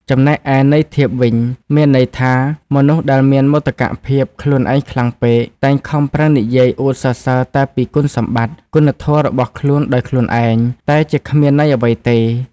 ចំណែកឯន័យធៀបវិញ មានន័យថា មនុស្សដែលមានមោទកភាពខ្លួនឯងខ្លាំងពេក តែងខំប្រឹងនិយាយអួតសរសើរតែពីគុណសម្បត្តិ គុណធម៌របស់ខ្លួនដោយខ្លួនឯង តែជាគ្មានន័យអ្វីទេ។